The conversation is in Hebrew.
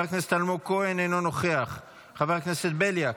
חבר הכנסת אלמוג כהן, אינו נוכח, חבר הכנסת בליאק,